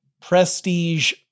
prestige